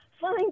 fine